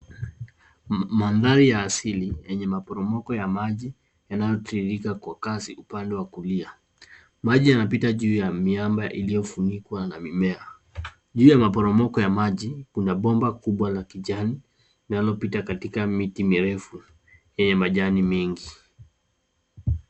Mandhari ya asili, yenye maporomoko ya maji, yanayotiririka kwa kasi upande wa kulia. Maji yanapita juu ya miamba iliyofunikwa na mimea, juu ya maporomoko ya maji. Kuna bomba kubwa la kijani, linalopita katika miti mirefu yenye majani mengi.